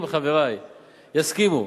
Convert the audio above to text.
אם חברי יסכימו